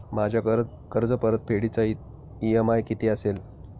माझ्या कर्जपरतफेडीचा इ.एम.आय किती असेल?